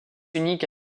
unique